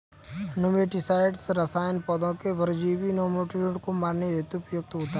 nematicide रसायन पौधों के परजीवी नोमीटोड को मारने हेतु प्रयुक्त होता है